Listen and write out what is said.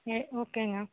ஏ ஓகேங்க